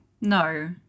No